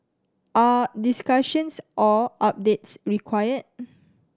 are discussions or updates requir